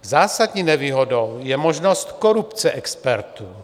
Zásadní nevýhodou je možnost korupce expertů.